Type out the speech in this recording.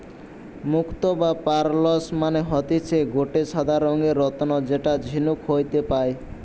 মুক্তো বা পার্লস মানে হতিছে গটে সাদা রঙের রত্ন যেটা ঝিনুক হইতে পায়